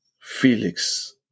Felix